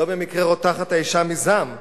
לא במקרה רותחת האשה מזעם.